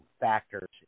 factors